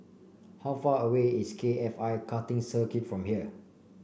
how far away is K F I Karting Circuit from here